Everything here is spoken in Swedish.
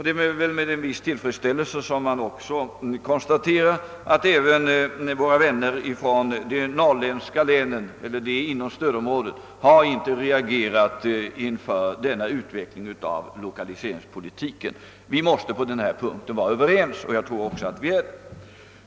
Det är också med viss tillfredsställelse jag konstaterar att våra vänner inom stödområdena inte har reagerat mot denna utveckling av lokaliseringspolitiken. På den punkten måste vi vara överens, och det tror jag också att vi är.